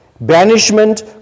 banishment